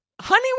Honey